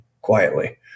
quietly